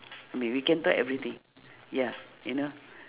I mean we can talk everything ya you know